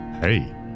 Hey